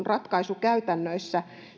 ratkaisukäytännöissään